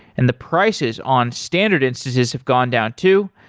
and the prices on standard instances have gone down too.